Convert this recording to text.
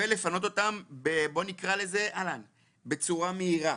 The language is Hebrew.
ולפנות אותם בצורה מהירה,